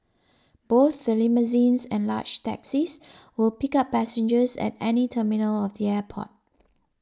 both the limousines and large taxis will pick up passengers at any terminal of the airport